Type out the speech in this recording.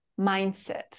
mindset